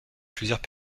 plusieurs